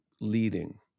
leading